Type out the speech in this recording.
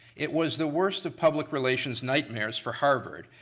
it was the worst of public relations nightmares for harvard,